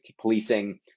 policing